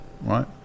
right